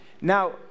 Now